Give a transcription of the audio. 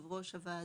ליו"ר הוועדה.